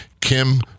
Kim